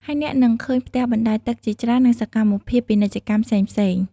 ហើយអ្នកនឹងឃើញផ្ទះបណ្តែតទឹកជាច្រើន និងសកម្មភាពពាណិជ្ជកម្មផ្សេងៗ។